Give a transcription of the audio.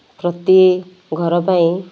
ପ୍ରତି ଘର ପାଇଁ